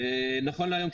נכון להיום,